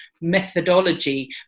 methodology